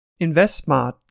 InvestSmart